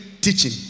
teaching